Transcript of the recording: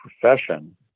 profession